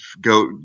go